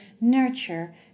nurture